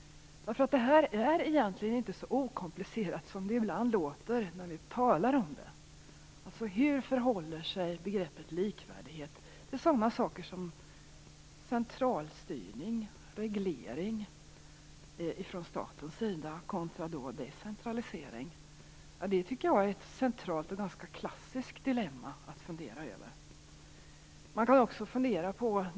Det här är nämligen inte så okomplicerat som det ibland låter när vi talar om det. Hur förhåller sig begreppet likvärdighet och sådana saker som centralstyrning och reglering från statens sida kontra decentralisering? Det tycker jag är ett centralt och ganska klassiskt dilemma att fundera över.